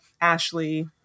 Ashley